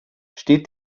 steht